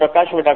प्रकाश व डॉ